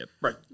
right